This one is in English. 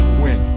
win